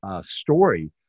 story